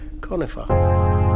Conifer